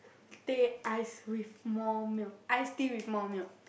teh ice with more milk iced tea with more milk